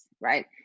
right